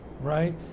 Right